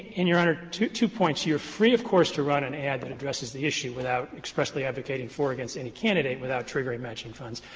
and, your honor, two two points. you're free, of course, to run an ad that addresses the issue without expressly advocating for or against any candidate without triggering matching funds.